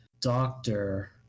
doctor